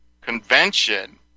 convention